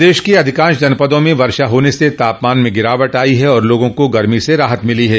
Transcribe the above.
प्रदेश के अधिकांश जनपदों में वर्षा होने से तापमान में गिरावट आई है आर लोगों को गर्मी से राहत मिली है